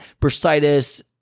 bursitis